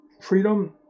Freedom